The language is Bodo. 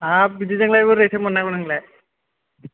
हाब बिदिजोंलाय बोरैथो मोन्नांगौ नोंलाय